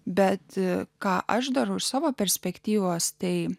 bet ką aš darau iš savo perspektyvos tai